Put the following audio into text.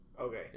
Okay